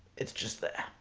it's just there.